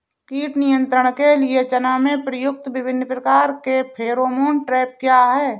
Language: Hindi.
कीट नियंत्रण के लिए चना में प्रयुक्त विभिन्न प्रकार के फेरोमोन ट्रैप क्या है?